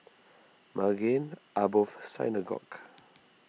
Maghain Aboth Synagogue